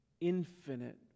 infinite